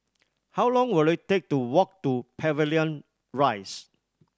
how long will it take to walk to Pavilion Rise